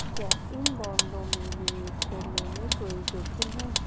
क्या इन बॉन्डों में निवेश करने में कोई जोखिम है?